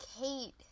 Kate